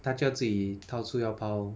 她就要自己掏出腰包